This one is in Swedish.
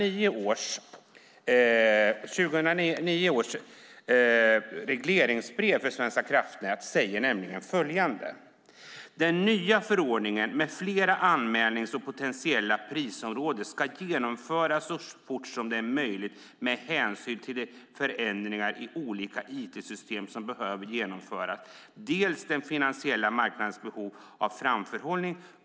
I 2009 års regleringsbrev för Svenska kraftnät står nämligen följande: "Den nya förordningen med flera anmälnings och potentiella prisområden ska genomföras så fort som det är möjligt med hänsyn till dels de förändringar i olika IT-system som behöver genomföras, dels den finansiella marknadens behov av framförhållning.